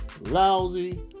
lousy